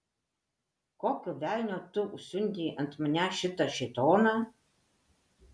kokio velnio tu užsiundei ant manęs šitą šėtoną